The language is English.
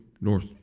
North